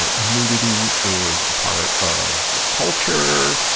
ah nudity is a part of the culture,